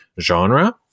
genre